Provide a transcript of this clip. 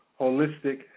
holistic